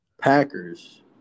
Packers